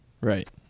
right